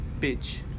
bitch